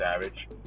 savage